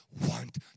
want